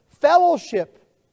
fellowship